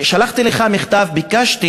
שלחתי לך מכתב, ביקשתי